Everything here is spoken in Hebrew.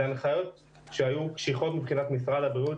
אלה הנחיות שהיו קשיחות מבחינת משרד הבריאות